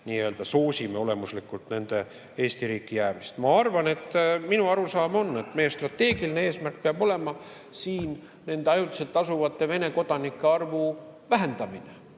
et me soosime olemuslikult nende Eesti riiki jäämist. Minu arusaam on, et meie strateegiline eesmärk peab olema siin ajutiselt asuvate Vene kodanike arvu vähendamine.